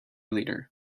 leader